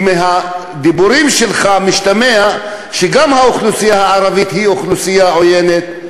כי מהדיבורים שלך משתמע שגם האוכלוסייה הערבית היא אוכלוסייה עוינת,